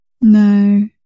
No